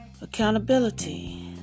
accountability